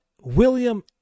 William